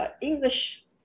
English